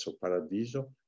Paradiso